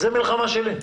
זו מלחמה שלי.